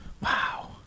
Wow